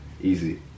Easy